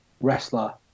wrestler